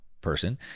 person